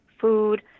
food